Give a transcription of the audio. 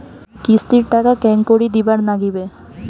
কিস্তির টাকা কেঙ্গকরি দিবার নাগীবে?